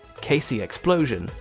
casey explosion,